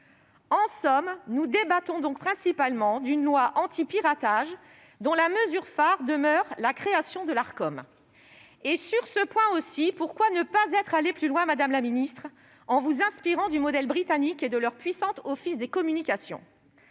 En somme, nous débattons principalement d'une loi antipiratage, dont la mesure phare demeure la création de l'Arcom. Sur ce point aussi, pourquoi ne pas être allée plus loin, madame la ministre, en vous inspirant du modèle britannique et de son puissant office des communications ?